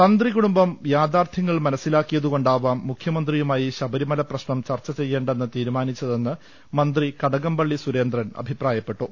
തന്ത്രികുടുംബം യാഥാർത്ഥ്യങ്ങൾ മനസ്സിലാക്കിയതുകൊണ്ടാവാം മുഖ്യമന്ത്രിയുമായി ശബരിമല പ്രശ്നം ചർച്ച് ചെയ്യേണ്ടെന്ന് തീരുമാനി ച്ചതെന്ന് മന്ത്രി കടകംപള്ളി സുരേന്ദ്രൻ അഭിപ്രായ്പ്പെട്ടു